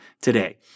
today